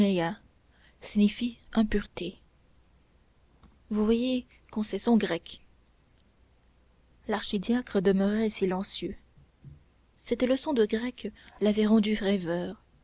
signifie impureté vous voyez qu'on sait son grec l'archidiacre demeurait silencieux cette leçon de grec l'avait rendu rêveur